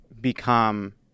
become